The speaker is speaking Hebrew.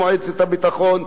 מועצת הביטחון,